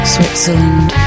Switzerland